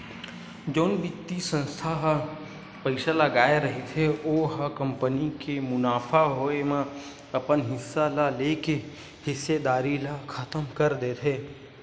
जउन बित्तीय संस्था ह पइसा लगाय रहिथे ओ ह कंपनी के मुनाफा होए म अपन हिस्सा ल लेके हिस्सेदारी ल खतम कर देथे